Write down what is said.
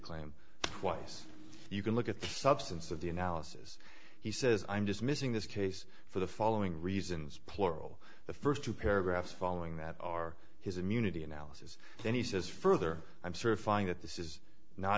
claim twice you can look at the substance of the analysis he says i'm dismissing this case for the following reasons plural the first two paragraphs following that are his immunity analysis then he says further i'm certifying that this is not